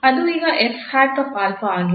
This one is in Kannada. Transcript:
ಅದು ಈಗ 𝑓̂𝛼 ಆಗಿದೆ